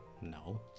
No